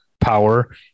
power